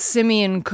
Simeon